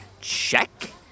Check